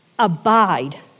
Abide